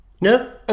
No